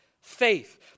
faith